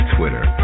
Twitter